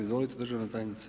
Izvolite državna tajnice.